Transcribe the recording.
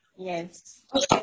Yes